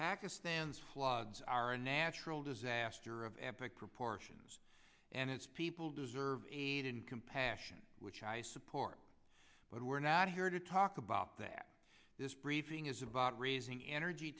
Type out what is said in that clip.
pakistan's floods are a natural disaster of epic proportions and its people deserve aid and compassion which i support but we're not here to talk about that this briefing is about raising energy